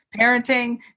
parenting